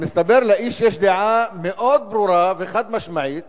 אבל, מסתבר, לאיש יש דעה מאוד ברורה וחד-משמעית